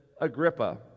Agrippa